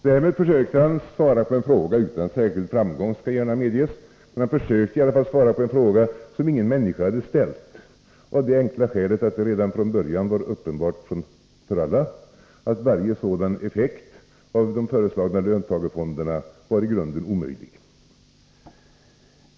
Därmed försökte han svara på en fråga — utan särskild framgång; det skall gärna medges — som ingen människa hade ställt, av det enkla skälet att det redan från början var uppenbart för alla att varje sådan effekt av de föreslagna löntagarfonderna var i grunden omöjlig.